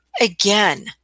again